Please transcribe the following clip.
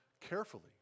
carefully